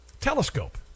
telescope